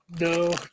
No